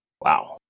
Wow